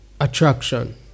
attraction